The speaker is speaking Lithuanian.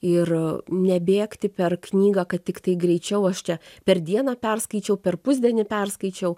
ir nebėgti per knygą kad tiktai greičiau aš čia per dieną perskaičiau per pusdienį perskaičiau